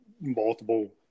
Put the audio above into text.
multiple